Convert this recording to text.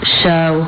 show